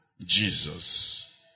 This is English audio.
Jesus